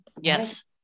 Yes